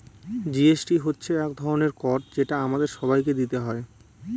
GST হচ্ছে এক ধরনের কর যেটা আমাদের সবাইকে দিতে হয়